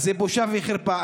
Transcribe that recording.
אז זה בושה וחרפה.